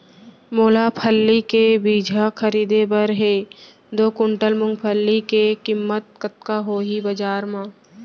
मोला फल्ली के बीजहा खरीदे बर हे दो कुंटल मूंगफली के किम्मत कतका होही बजार म?